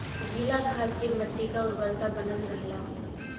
गीला घास से मट्टी क उर्वरता बनल रहला